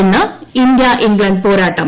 ഇന്ന് India England പോരാട്ടം